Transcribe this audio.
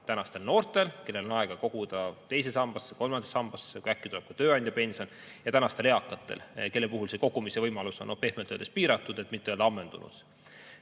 tänastel noortel, kellel on aega koguda teise sambasse ja kolmandasse sambasse ning äkki tuleb ka tööandjapension, ja praegustel eakatel, kelle puhul see kogumise võimalus on pehmelt öeldes piiratud, et mitte öelda ammendunud.